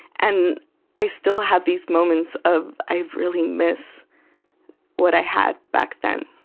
and i still have these moments of, i really miss what i had back then.